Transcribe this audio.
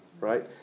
right